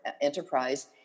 enterprise